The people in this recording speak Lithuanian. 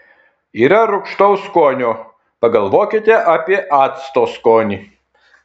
yra rūgštaus skonio pagalvokite apie acto skonį